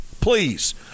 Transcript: Please